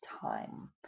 time